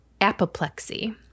apoplexy